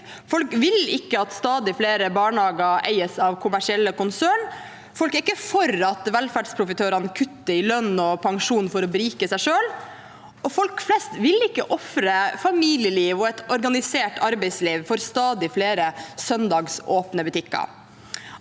Folk vil ikke at stadig flere barnehager eies av kommersielle konsern. Folk er ikke for at velferdsprofitørene kutter i lønn og pensjon for å berike seg selv. Og folk flest vil ikke ofre familielivet og et organisert arbeidsliv for stadig flere søndagsåpne butikker.